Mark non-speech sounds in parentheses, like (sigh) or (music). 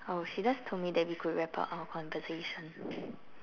oh she just told me that we could wrap up our conversation (breath)